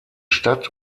stadt